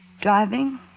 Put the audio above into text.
driving